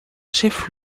chef